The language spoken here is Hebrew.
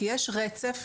כי יש רצף.